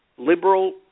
Liberal